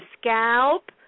scalp